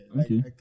okay